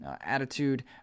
attitude